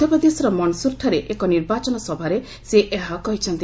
ମଧ୍ୟପ୍ରଦେଶର ମଣ୍ଡସ୍ରଠାରେ ଏକ ନିର୍ବାଚନ ସଭାରେ ସେ ଏହା କହିଛନ୍ତି